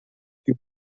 più